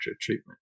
treatment